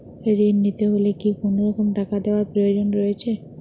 ঋণ নিতে হলে কি কোনরকম টাকা দেওয়ার প্রয়োজন রয়েছে?